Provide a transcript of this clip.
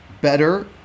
better